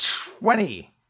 Twenty